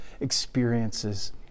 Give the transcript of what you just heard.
experiences